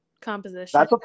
Composition